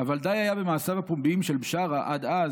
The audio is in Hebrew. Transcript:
"אבל די היה במעשיו הפומביים של בשארה עד אז